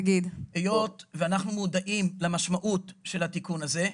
היות ואנחנו מודעים למשמעות של התיקון הזה,